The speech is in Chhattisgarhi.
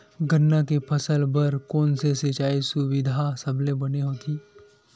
गन्ना के फसल बर कोन से सिचाई सुविधा सबले बने होही?